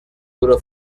duro